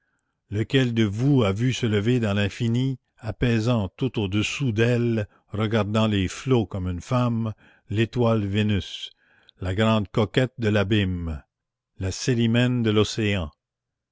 lequel de vous a vu se lever dans l'infini apaisant tout au-dessous d'elle regardant les flots comme une femme l'étoile vénus la grande coquette de l'abîme la célimène de l'océan